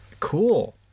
Cool